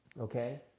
Okay